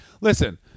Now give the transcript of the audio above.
Listen